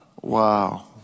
Wow